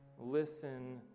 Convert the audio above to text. Listen